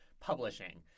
publishing